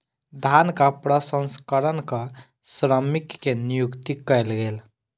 धानक प्रसंस्करणक श्रमिक के नियुक्ति कयल गेल